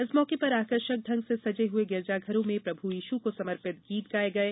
इस मौके पर आकर्षक ढंग से सजे हुए गिरजाघरों में प्रभू यीशु को समर्पित गीत गाये गये